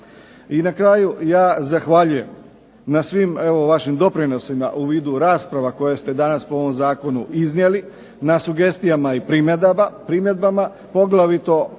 I na kraju, ja zahvaljujem na svim vašim doprinosima u vidu rasprava koje ste danas iznijeli, na sugestijama i primjedbama, poglavito